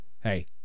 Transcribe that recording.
hey